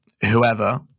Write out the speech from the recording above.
whoever